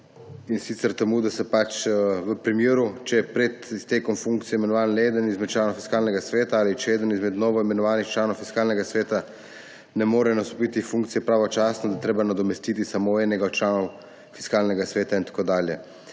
temu, da v primeru, če je pred iztekom funkcije imenovan le eden izmed članov Fiskalnega sveta ali če eden izmed novoimenovanih članov Fiskalnega sveta ne more nastopiti funkcije pravočasno, je treba nadomestiti samo enega od članov Fiskalnega sveta in tako dalje.